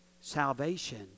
salvation